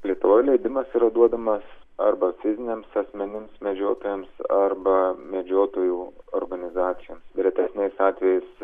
lietuvoj leidimas yra duodamas arba fiziniams asmenims medžiotojams arba medžiotojų organizacijoms retesniais atvejais